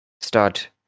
start